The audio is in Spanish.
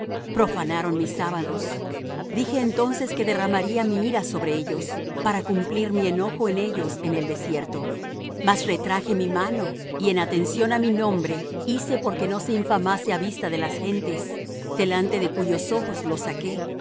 profanaron mis sábados dije entonces que derramaría mi ira sobre ellos para cumplir mi enojo en ellos en el desierto mas retraje mi mano y en atención á mi nombre hice porque no se infamase á vista de las gentes delante de cuyos ojos los saqué